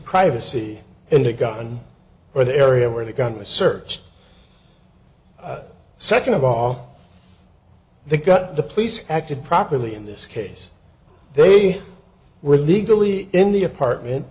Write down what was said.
privacy and a gun for the area where the gun was searched second of all they got the police acted properly in this case they were illegally in the apartment